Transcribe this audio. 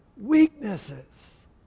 Weaknesses